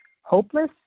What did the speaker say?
hopeless